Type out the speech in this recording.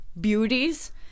beauties